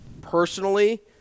Personally